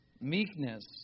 meekness